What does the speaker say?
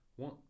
One